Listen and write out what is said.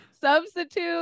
substitute